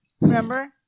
Remember